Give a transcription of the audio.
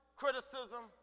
criticism